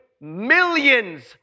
millions